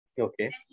Okay